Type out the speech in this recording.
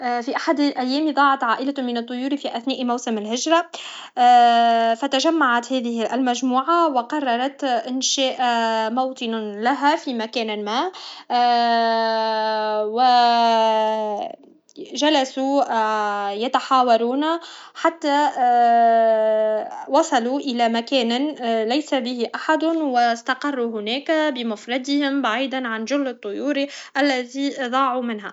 في احد الأيام ضاعت عائلة من الطيور في موسم الهجره فتجمعت هذه المجموعه و قؤؤت انشاء موطن لها في مكان ما و جلسوا يتحاورون حتى وصلو الى مكان ليش به احد و استقرو هناك بمفردهم بعيدا عن جل الطيور التي ضاعو منها